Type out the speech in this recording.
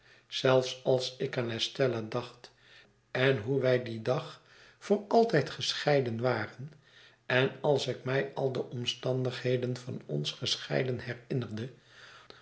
zelfs als ik aan estella dacht en hoe wij dien dag voor altijd gescheiden waren en als ik mij al de omstandigheden van ons scheiden herinnerde